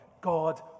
God